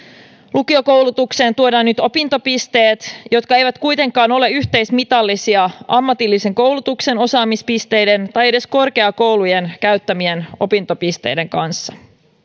lukiokoulutukseen tuodaan nyt opintopisteet jotka eivät kuitenkaan ole yhteismitallisia ammatillisen koulutuksen osaamispisteiden tai edes korkeakoulujen käyttämien opintopisteiden kanssa